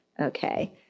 okay